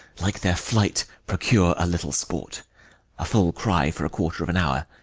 like their flight, procure a little sport a full cry for a quarter of an hour,